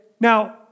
Now